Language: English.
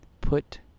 Put